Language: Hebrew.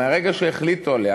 מהרגע שהחליטו עליה,